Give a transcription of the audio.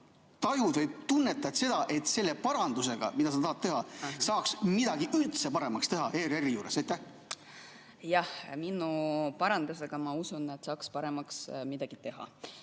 tajud või tunnetad seda, et selle parandusega, mida sa tahad teha, saaks midagi üldse paremaks teha ERR‑i juures. Jah, minu parandusega, ma usun, saaks midagi paremaks teha.